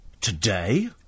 today